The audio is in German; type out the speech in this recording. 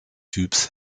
typs